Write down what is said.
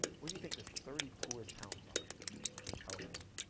where do you think the thirty poorest towns are in california?